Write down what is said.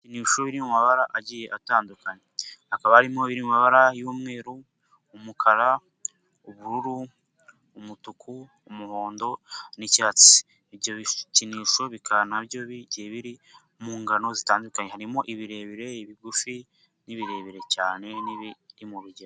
Ibibuni biri mu mabara agiye atandukanye, akaba arimo amabara y'umweru, umukara, ubururu, umutuku, umuhondo n'icyatsi. Ibyo bikinisho bikaba nabyo bigiye biri mu ngano zitandukanye, harimo ibirebire, bigufi n' birebire cyane mu bigega.